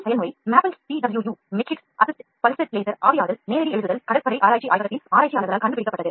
W வாசிங்க்டன்னிலுள்ள கடற்படை ஆராய்ச்சி ஆய்வகத்தின் ஆராய்ச்சியாளர்களால் கண்டுபிடிக்கப்பட்டது